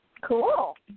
Cool